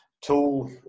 tool